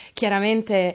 chiaramente